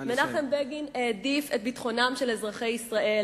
מנחם בגין העדיף את ביטחונם של אזרחי ישראל,